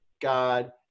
God